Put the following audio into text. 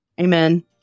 Amen